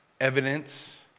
evidence